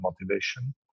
motivation